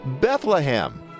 Bethlehem